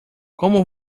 como